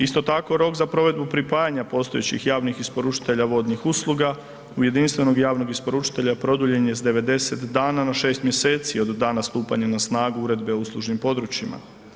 Isto tako rok za provedbu pripajanja postojećih javnih isporučitelja vodnih usluga u jedinstvenog i javnog isporučitelja produljen je sa 90 dana na 6 mjeseci od dana stupanja na snagu Uredbe o uslužnim područjima.